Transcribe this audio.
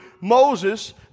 Moses